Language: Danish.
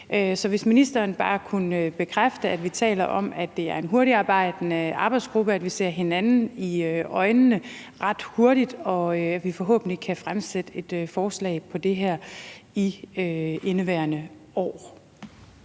Så kan ministeren bekræfte, at vi taler om, at det er en hurtigtarbejdende arbejdsgruppe, at vi ser hinanden i øjnene ret hurtigt, og at vi forhåbentlig kan fremsætte et forslag om det her i indeværende år?